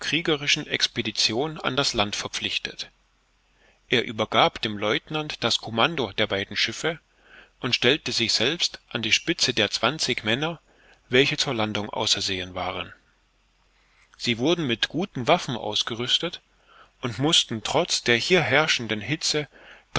kriegerischen expedition an das land verpflichtet er übergab dem lieutenant das commando der beiden schiffe und stellte sich selbst an die spitze der zwanzig männer welche zur landung ausersehen waren sie wurden mit guten waffen ausgerüstet und mußten trotz der hier herrschenden hitze